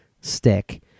Stick